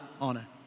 honor